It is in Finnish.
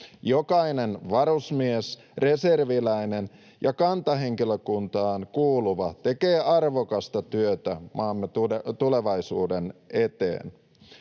Jokainen varusmies, reserviläinen ja kantahenkilökuntaan kuuluva tekee arvokasta työtä maamme tulevaisuuden eteen.